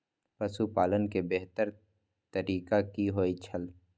पशुपालन के बेहतर तरीका की होय छल?